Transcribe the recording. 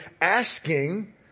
asking